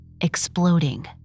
exploding